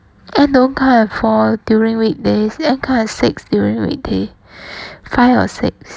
ann don't come at four during weekdays ann comes at six during weekdays five or six